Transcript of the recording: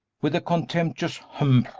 with a contemptuous humph!